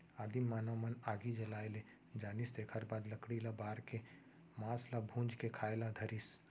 आदिम मानव मन आगी जलाए ले जानिस तेखर बाद लकड़ी ल बार के मांस ल भूंज के खाए ल धरिस